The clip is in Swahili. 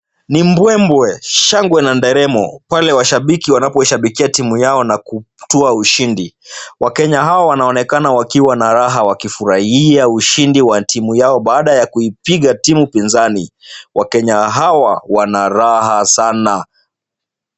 Ni mbwembwe, shangwe na nderemo pale washabiki wanaposhabikia timu yao na kutua ushindi. Wakenya hao wanaonekana wakiwa na raha wakifurahia ushindi wa timu yao baada ya kuipiga timu pinzani. Wakenya hawa wana raha sana.